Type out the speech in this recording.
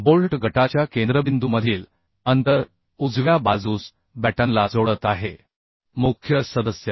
bolt गटाच्या केंद्रबिंदूमधील अंतर उजव्या बाजूस बॅटनला जोडत आहे मुख्य सदस्य